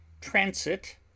Transit